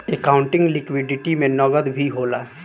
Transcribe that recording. accounting liquidity में नकद भी होला